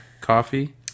coffee